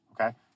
Okay